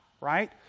right